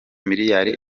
miliyali